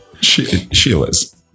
Sheila's